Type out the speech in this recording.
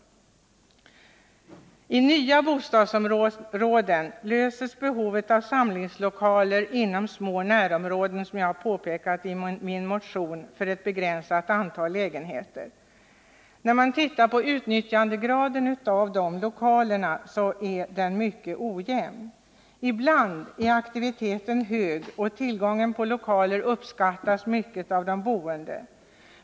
I nya bostadsområden tillgodoses, som jag har påpekat i min motion, behovet av samlingslokaler inom små närområden för ett begränsat antal lägenheter. Dessa närlokaler utnyttjas mycket ojämnt. Ibland är aktiviteten hög, och tillgången på lokaler uppskattas mycket av de boende.